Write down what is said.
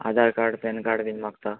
आदार card PAN card बीन मागता